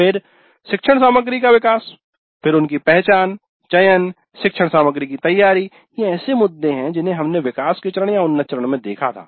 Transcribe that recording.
फिर शिक्षण सामग्री का विकास फिर उनकी पहचान चयन शिक्षण सामग्री की तैयारी ये ऐसे मुद्दे हैं जिन्हें हमने विकास के चरण या उन्नत चरण में देखा था